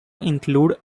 include